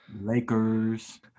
Lakers